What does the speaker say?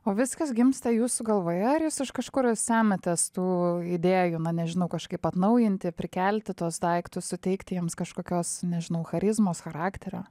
o viskas gimsta jūsų galvoje ar jūs iš kažkur semiatės tų idėjų na nežinau kažkaip atnaujinti prikelti tuos daiktus suteikti jiems kažkokios nežinau charizmos charakterio